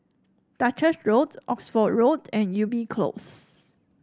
Duchess Road Oxford Road and Ubi Close